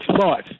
thoughts